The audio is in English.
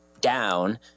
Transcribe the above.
down